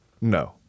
No